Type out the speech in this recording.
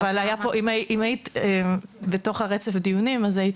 אם היית בתוך רצף הדיונים אז היית